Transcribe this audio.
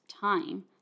time